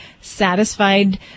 satisfied